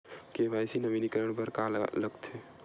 KYC नवीनीकरण बर का का लगथे?